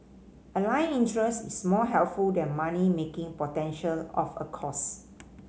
aligned interest is more helpful than money making potential of a course